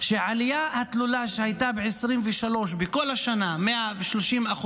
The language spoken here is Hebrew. שמהעלייה התלולה שהייתה ב-2023 בכל השנה, 130%,